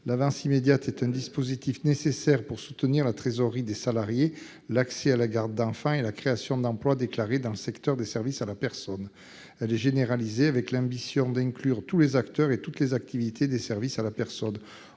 L'avance immédiate est un dispositif nécessaire pour soutenir la trésorerie des salariés, l'accès à la garde d'enfants et la création d'emplois déclarés dans le secteur des services à la personne. Elle a été généralisée avec l'ambition d'inclure tous les acteurs et toutes les activités des services à la personne.